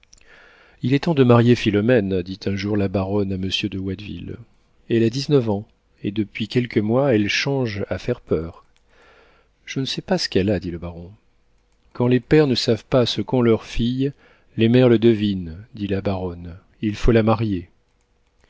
il est temps de marier philomène dit un jour la baronne à monsieur de watteville elle a dix-neuf ans et depuis quelques mois elle change à faire peur je ne sais pas ce qu'elle a dit le baron quand les pères ne savent pas ce qu'ont leurs filles les mères le devinent dit la baronne il faut la marier